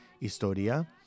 Historia